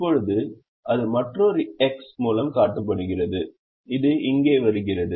இப்போது அது மற்றொரு எக்ஸ் மூலம் காட்டப்படுகிறது அது இங்கே வருகிறது